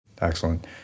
Excellent